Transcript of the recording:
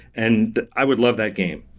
and i would love that game.